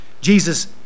Jesus